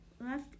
left